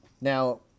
now